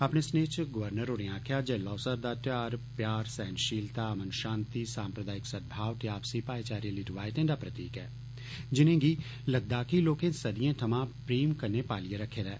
अपने सनेह च गवर्नर होरें आक्खेआ जे लौसर दा त्यौहार प्यार सहनषीलता अमन षांति साम्प्रदायिक सद्भाव ते आपसी भाई चारे आहली रिवायतें दा प्रतीक ऐ जिनेंगी लद्दाखी लोकें सदियें थमां प्रेम कन्नै पालियै रखेदा ऐ